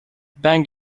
bang